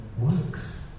works